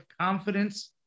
confidence